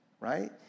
right